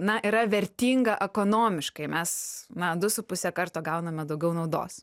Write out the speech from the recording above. na yra vertinga ekonomiškai mes na du su puse karto gauname daugiau naudos